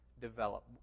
develop